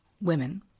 women